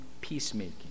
peacemaking